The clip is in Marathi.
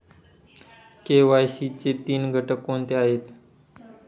के.वाय.सी चे तीन घटक कोणते आहेत?